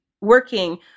working